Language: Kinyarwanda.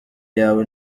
yawe